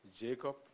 Jacob